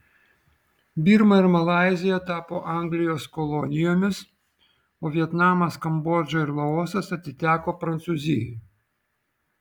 birma ir malaizija tapo anglijos kolonijomis o vietnamas kambodža ir laosas atiteko prancūzijai